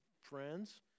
friends